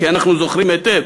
כי אנחנו זוכרים היטב